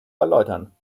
erläutern